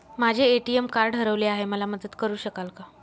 माझे ATM card हरवले आहे, मला मदत करु शकाल का?